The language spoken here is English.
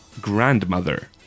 Grandmother